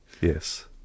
Yes